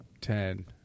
Ten